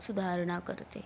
सुधारणा करते